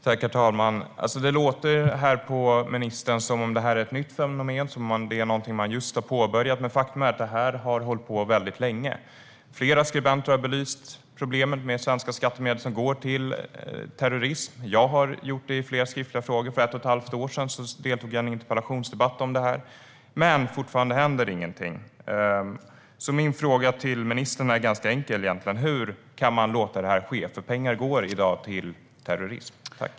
Herr talman! Det låter på ministern som om det här är ett nytt fenomen, som om det är någonting man just har påbörjat. Men faktum är att det här har pågått länge. Flera skribenter har belyst problemet att svenska skattemedel går till terrorism. Jag har gjort det i flera skriftliga frågor. För ett och ett halvt år sedan deltog jag i en interpellationsdebatt om det. Men fortfarande händer ingenting. Min fråga till ministern är egentligen ganska enkel, för pengar går i dag till terrorism.